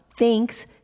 thanks